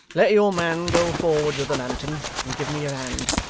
let your man go forward with the lantern, and give me your hand.